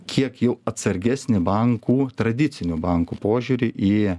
kiek jau atsargesnį bankų tradicinių bankų požiūrį į